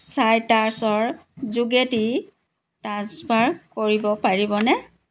চাইট্ৰাছৰ যোগেদি ট্ৰাঞ্চফাৰ কৰিব পাৰিবনে